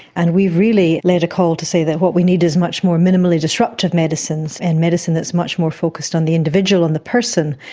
and we've really led a call to say that what we need is much more minimally disruptive medicines and medicine that is much more focused on the individual, on the person,